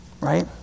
Right